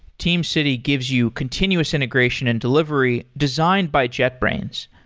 teamcity gives you continuous integration and delivery designed by jetbrains.